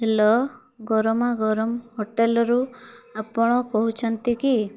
hello Garamagaram ହୋଟେଲ୍ରୁ ଆପଣ କହୁଛନ୍ତି କି